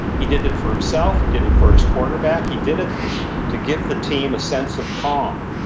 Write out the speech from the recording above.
he did it for himself. he did it for his quarterback. he did it to give the team a sense of calm,